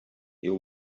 you